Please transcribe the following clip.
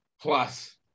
Plus